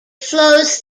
flows